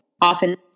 often